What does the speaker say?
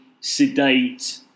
sedate